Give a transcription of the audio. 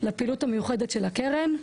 לפעילות המיוחדת של הקרן.